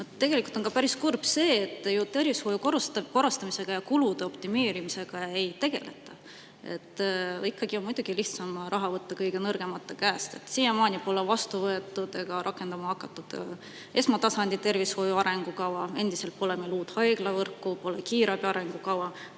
Tegelikult on ka päris kurb see, et tervishoiu korrastamise ega kulude optimeerimisega ei tegeleta. Muidugi on ikkagi lihtsam raha ära võtta kõige nõrgemate käest. Siiamaani pole vastu võetud ega rakendama hakatud esmatasandi tervishoiu arengukava, endiselt pole meil uut haiglavõrku ega kiirabi arengukava,